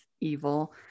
evil